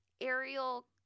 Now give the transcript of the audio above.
aerial